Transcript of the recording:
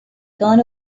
gone